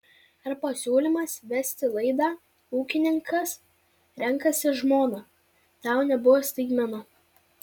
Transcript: ar pasiūlymas vesti laidą ūkininkas renkasi žmoną tau nebuvo staigmena